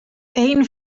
één